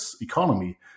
economy